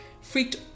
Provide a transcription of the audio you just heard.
freaked